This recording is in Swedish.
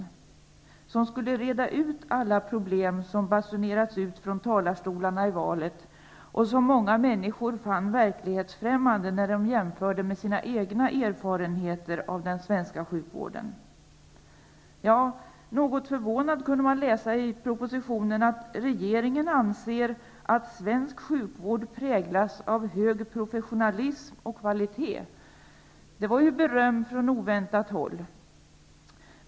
Förslag som skulle reda ut alla problem som basunerats ut från talarstolarna i valrörelsen och som många människor fann verklighetsfrämmande när de jämförde med sina egna erfarenheter av den svenska sjukvården. Något förvånad kunde man läsa i propositionen att regeringen anser att svensk sjukvård präglas av hög professionalism och kvalitet. Det var ju beröm från oväntat håll.